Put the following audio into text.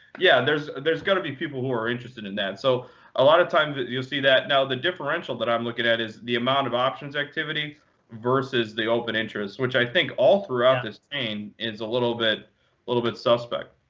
yeah, there's there's going to be people who are interested in that. so a lot of times, you'll see that. now the differential that i'm looking at is the amount of options activity versus the open interest, which i think all throughout this is a little bit little bit suspect.